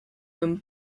comme